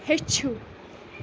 ہیٚچھِو